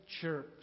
church